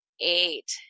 eight